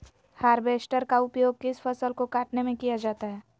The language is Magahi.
हार्बेस्टर का उपयोग किस फसल को कटने में किया जाता है?